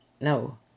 no